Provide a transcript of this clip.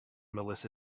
melissa